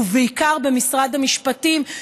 ובעיקר במשרד המשפטים,